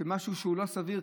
שיש משהו שהוא לא סביר,